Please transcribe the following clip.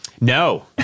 No